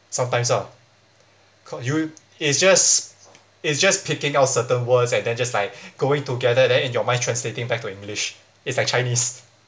sometimes ah ca~ you it's just it's just picking out certain words and then just like going together then in your mind translating back to english it's like chinese